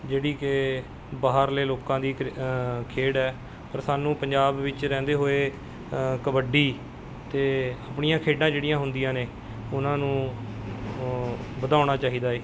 ਜਿਹੜੀ ਕਿ ਬਾਹਰਲ਼ੇ ਲੋਕਾਂ ਦੀ ਕ੍ਰ ਖੇਡ ਹੈ ਪਰ ਸਾਨੂੰ ਪੰਜਾਬੀ ਵਿੱਚ ਰਹਿੰਦੇ ਹੋਏ ਕਬੱਡੀ ਅਤੇ ਆਪਣੀਆਂ ਖੇਡਾਂ ਜਿਹੜੀਆਂ ਹੁੰਦੀਆਂ ਨੇ ਉਹਨਾਂ ਨੂੰ ਵਧਾਉਣਾ ਚਾਹੀਦਾ ਹੈ